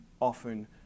often